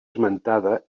esmentada